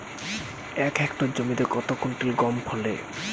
এক হেক্টর জমিতে কত কুইন্টাল গম ফলে?